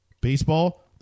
baseball